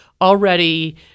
already